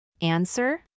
Answer